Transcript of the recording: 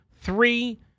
three